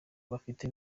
bafite